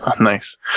Nice